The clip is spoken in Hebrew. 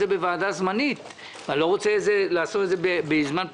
זה בוועדה זמנית ואני לא רוצה לעשות את זה בזמן פגרה.